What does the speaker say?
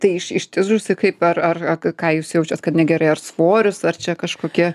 tai iš ištižusi kaip ar ar ak ką jūs jaučiat kad negerai ar svoris ar čia kažkokie